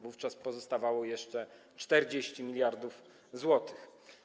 Wówczas pozostawało jeszcze 40 mld zł.